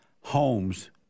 homes